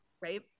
right